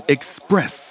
Express